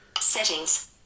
Settings